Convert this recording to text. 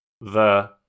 The